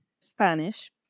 spanish